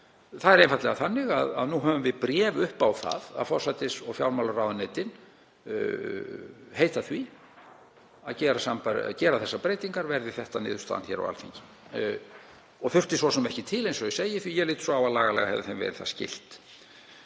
við einfaldlega bréf upp á það að forsætis- og fjármálaráðuneytin heita því að gera þessar breytingar verði þetta niðurstaðan á Alþingi og þurfti svo sem ekki til, eins og ég segi, því að ég lít svo á að lagalega hefði þeim verið það skylt.